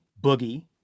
boogie